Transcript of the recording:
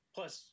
Plus